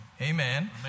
Amen